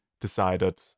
decided